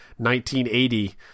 1980